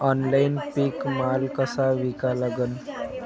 Online पीक माल कसा विका लागन?